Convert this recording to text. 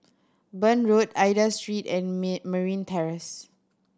Burn Road Aida Street and me Marine Terrace